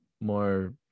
more